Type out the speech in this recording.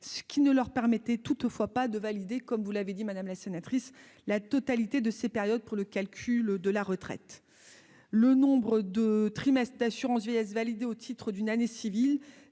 ce qui ne leur permettait toutefois pas de valider, comme vous l'avez dit madame la sénatrice la totalité de ces périodes pour le calcul de la retraite, le nombre de trimestres d'assurance vieillesse validés au titre d'une année civile